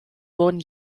wurden